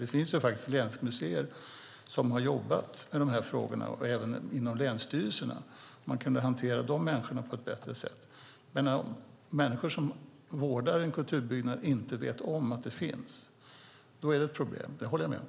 Det finns ju länsmuseer som har jobbat med frågorna, även länsstyrelser, och man kunde hantera de människorna på ett bättre sätt. Om människor som vårdar en kulturbyggnad inte vet om att det finns är det ett problem - det håller jag med om.